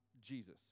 Jesus